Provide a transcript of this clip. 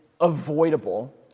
avoidable